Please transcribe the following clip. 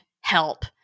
help